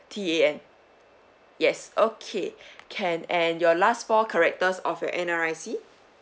T A N yes okay can and your last four characters of your N_R_I_C